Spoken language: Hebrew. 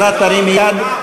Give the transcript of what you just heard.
אז את תרימי יד.